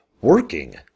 working